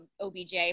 OBJ